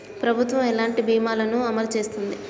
ప్రభుత్వం ఎలాంటి బీమా ల ను అమలు చేస్తుంది?